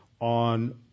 on